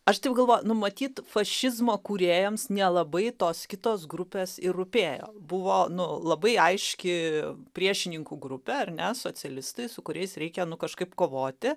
aš taip galvoju nu matyt fašizmo kūrėjams nelabai tos kitos grupės ir rūpėjo buvo nu labai aiški priešininkų grupė ar ne socialistai su kuriais reikia nu kažkaip kovoti